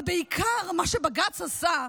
אבל בעיקר מה שבג"ץ עשה,